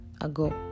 ago